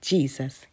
Jesus